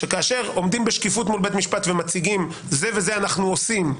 שכאשר עומדים בשקיפות מול בית משפט ומציגים: זה וזה אנו עושים,